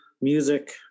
music